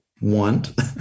want